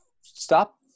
stop